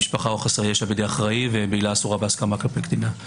במשפחה או חסרי ישע בידי אחראי ובעילה אסורה בהסכמה כלפי קטינה.